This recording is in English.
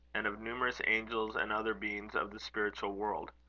and of numerous angels and other beings of the spiritual world.